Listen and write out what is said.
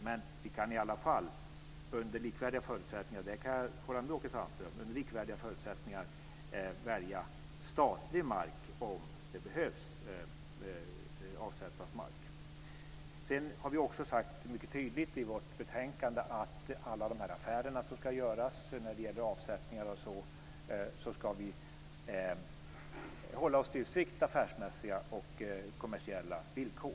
Men under likvärdiga förutsättningar så kan vi välja statlig mark om det behövs avsättas mark - det kan jag hålla med Åke Sandström om. Vi har mycket tydligt sagt i betänkandet att vi ska hålla oss till strikt affärsmässiga och kommersiella villkor i alla affärer som ska göras när det gäller avsättningar osv.